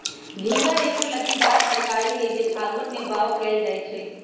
घिउरा एगो लत्तीदार तरकारी हई जे फागुन में बाओ कएल जाइ छइ